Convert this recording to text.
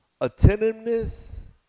attentiveness